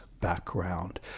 background